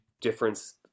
difference